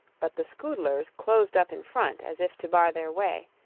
but the scoodlers closed up in front, as if to bar their way,